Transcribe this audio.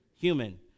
Human